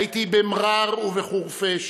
הייתי במע'אר ובחורפיש,